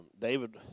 David